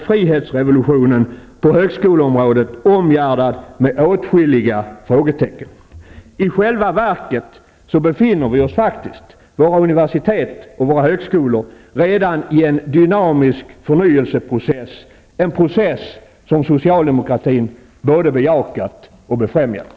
frihetsrevolutionen på högskoleområdet omgärdad med åtskilliga frågetecken. I själva verket befinner sig våra universitet och högskolor redan i en dynamisk förnyelseprocess -- en process som socialdemokratin både bejakat och befrämjat.